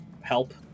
help